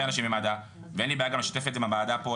אנשים ממד"א ואין לי בעיה גם לשתף את זה עם הוועדה פה,